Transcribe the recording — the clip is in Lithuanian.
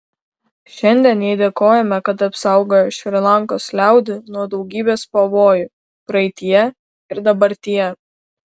šiandien jai dėkojame kad apsaugojo šri lankos liaudį nuo daugybės pavojų praeityje ir dabartyje